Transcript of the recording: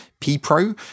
P-Pro